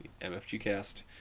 MFGCast